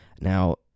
Now